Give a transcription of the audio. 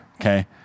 Okay